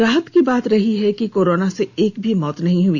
राहत की बात यह रही कि कोरोना से एक भी मौत नहीं हुई